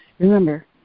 Remember